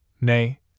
nay